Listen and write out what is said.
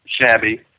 shabby